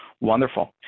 Wonderful